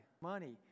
money